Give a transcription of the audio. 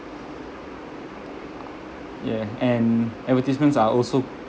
yeah and advertisements are also